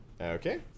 Okay